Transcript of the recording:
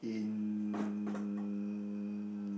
in